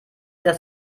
das